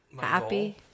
happy